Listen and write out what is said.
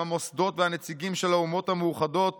המוסדות והנציגים של האומות המאוחדות